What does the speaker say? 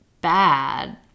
bad